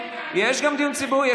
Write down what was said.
יש גם דיון ציבורי,